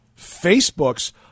Facebook's